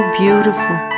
beautiful